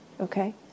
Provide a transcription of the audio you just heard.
okay